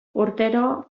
urtero